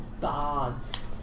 bards